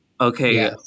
Okay